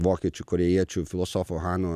vokiečių korėjiečių filosofo hano